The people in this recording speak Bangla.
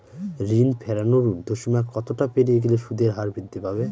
ঋণ ফেরানোর উর্ধ্বসীমা কতটা পেরিয়ে গেলে সুদের হার বৃদ্ধি পাবে?